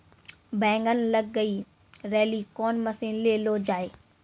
बैंगन लग गई रैली कौन मसीन ले लो जाए?